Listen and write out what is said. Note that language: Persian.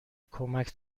کمک